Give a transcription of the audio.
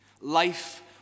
Life